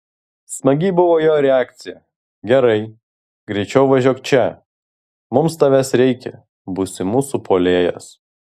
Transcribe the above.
smagi buvo jo reakcija gerai greičiau važiuok čia mums tavęs reikia būsi mūsų puolėjas